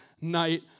night